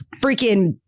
freaking